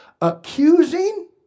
accusing